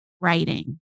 writing